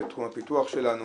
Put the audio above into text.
בתחום הפיתוח שלנו,